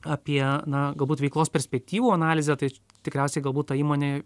apie na galbūt veiklos perspektyvų analizę tai tikriausiai galbūt ta įmonė